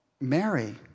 Mary